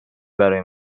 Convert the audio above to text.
برای